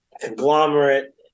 conglomerate